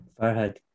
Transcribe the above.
Farhad